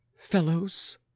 fellows